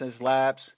labs